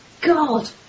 god